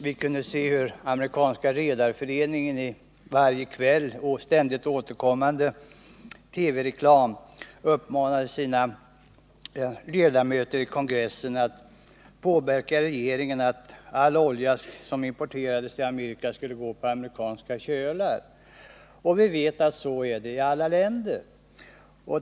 Vi kunde se hur amerikanska redarföreningen i ständigt återkommande TV-reklam varje kväll uppmanade sina ledamöter i kongressen att påverka regeringen att se till att all olja som importeras till Amerika skall gå på amerikanska kölar. Vi vet att det är så i alla länder.